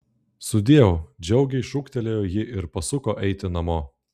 sudieu džiugiai šūktelėjo ji ir pasuko eiti namo